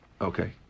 Okay